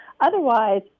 Otherwise